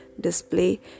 display